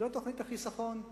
זו תוכנית החיסכון.